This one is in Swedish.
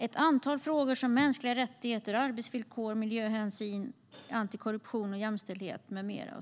Ett antal frågor berörs, såsom mänskliga rättigheter, arbetsvillkor, miljöhänsyn, antikorruption, jämställdhet med mera.